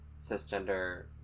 cisgender